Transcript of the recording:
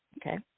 okay